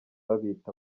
babita